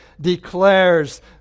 declares